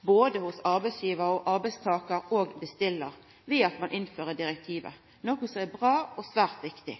både hos arbeidsgivar, arbeidstakar og bestillar, noko som er bra og svært viktig.